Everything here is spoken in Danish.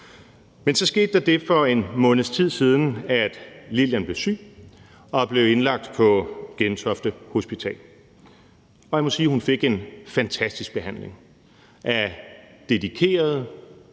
Men så skete der det for en måneds tid siden, at Lillian blev syg og blev indlagt på Gentofte Hospital, og jeg må sige, at hun fik en fantastisk behandling af dedikerede,